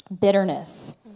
Bitterness